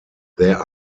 there